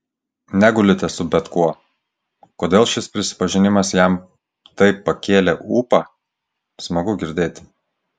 negulite su bet kuo kodėl šis prisipažinimas jam taip pakėlė ūpą smagu girdėti